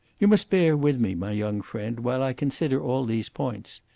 you must bear with me, my young friend, while i consider all these points.